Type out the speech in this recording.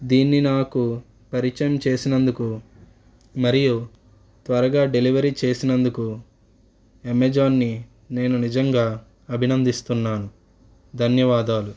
దీన్ని నాకు పరిచయం చేసినందుకు మరియు త్వరగా డెలివరీ చేసినందుకు అమెజాన్ని నేను నిజంగా అభినందిస్తున్నాను ధన్యవాదాలు